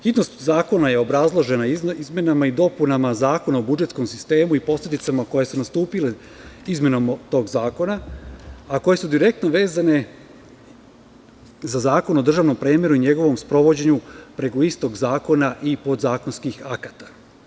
Hitnost zakona je obrazložena izmenama i dopunama Zakona o budžetskom sistemu i posledicama koje su nastupile izmenama tog zakona, a koje su direktno vezane za Zakon o državnom premeru i njegovom sprovođenju preko istog zakona i podzakonskih akata.